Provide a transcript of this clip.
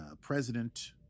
President